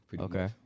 okay